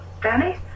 Danny